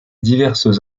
diverses